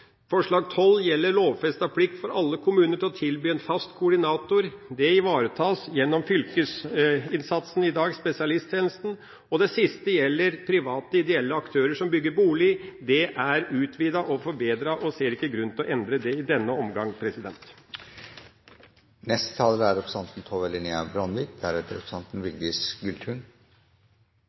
Forslag nr. 12 gjelder lovfestet plikt for alle kommuner til å tilby en fast koordinator. Det ivaretas gjennom fylkesinnsatsen i dag, via spesialisthelsetjenesten. Det siste gjelder private ideelle aktører som bygger bolig. Dette er utvidet og forbedret, og vi ser ikke grunn til å endre det i denne omgang.